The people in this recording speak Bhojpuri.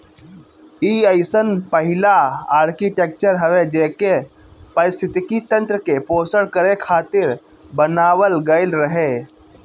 इ अइसन पहिला आर्कीटेक्चर हवे जेके पारिस्थितिकी तंत्र के पोषण करे खातिर बनावल गईल रहे